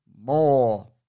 more